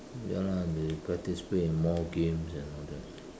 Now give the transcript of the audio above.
ya lah they participate in more games and all that